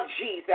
Jesus